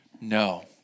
No